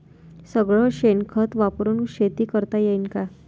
सगळं शेन खत वापरुन शेती करता येईन का?